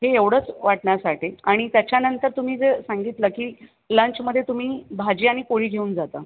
हे एवढंच वाटण्यासाठी आणि त्याच्यानंतर तुम्ही जे सांगितलं की लंचमध्ये तुम्ही भाजी आणि पोळी घेऊन जाता